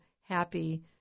happy